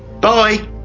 Bye